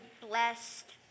blessed